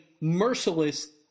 merciless